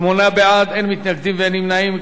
שמונה בעד, אין מתנגדים, אין נמנעים.